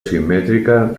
simètrica